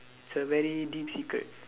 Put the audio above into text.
it's a very deep secret